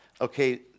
okay